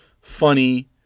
funny